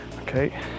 okay